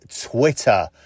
Twitter